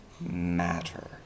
matter